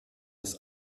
ist